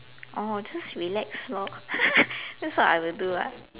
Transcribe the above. oh just relax lor that's what I would do lah